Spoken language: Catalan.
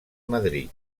madrid